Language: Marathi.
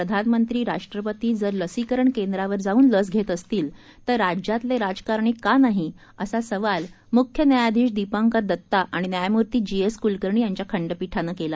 प्रधानमंत्री राष्ट्रपती जर लसीकरण केंद्रावर जाऊन लस घेत असतील तर राज्यातले राजकारणी का नाही असा सवाल मुख्य न्यायाधीश दीपंकर दत्ता आणि न्यायमूर्ती जी एस कुलकर्णी यांच्या खंडपीठानं केला